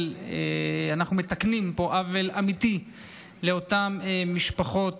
אנחנו מתקנים פה עוול אמיתי לאותן משפחות